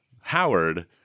Howard